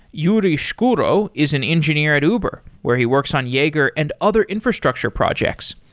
yuri shkuro is an engineer at uber where he works on jaeger and other infrastructure projects.